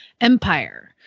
Empire